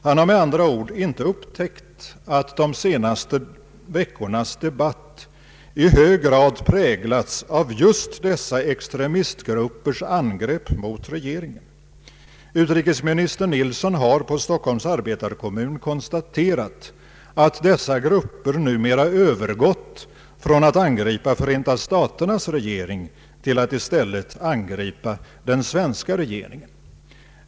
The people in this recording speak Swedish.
Han har med andra ord inte upptäckt att de senaste veckornas debatt i hög grad präglats av just dessa extremist gruppers angrepp mot regeringen. Utrikesminister Nilsson har inför Stockholms arbetarekommun konstaterat att dessa grupper numera övergått från att angripa Förenta staternas regering till att i stället angripa den svenska regeringen.